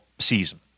Season